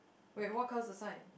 wait what colour is the sign